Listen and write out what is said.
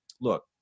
look